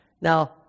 Now